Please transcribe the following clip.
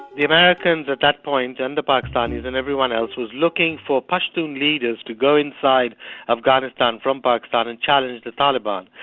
the americans at that point, and the pakistanis and everyone else, was looking for pushtun leaders to go inside afghanistan from pakistan and challenged the taliban.